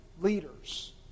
leaders